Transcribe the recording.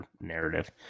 narrative